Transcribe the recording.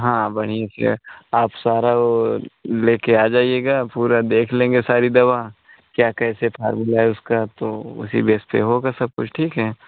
हाँ बढ़िया से है आप सारा ओ लेकर आ जाइएगा पूरा देख लेंगे सारी दवा क्या कैसे फार्मूला है उसका तो उसी बेस पर होगा सब कुछ ठीक है